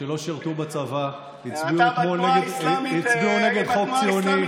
שלא שירתו בצבא, הצביעו אתמול נגד חוק ציוני.